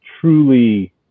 truly